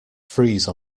freeze